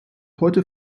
heute